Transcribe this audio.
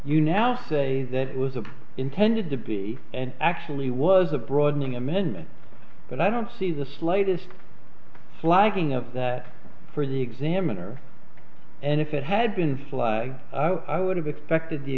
you now say that was the intended to be and actually was a broadening amendment but i don't see the slightest slagging of that for the examiner and if it had been flagged i would have expected the